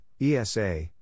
ESA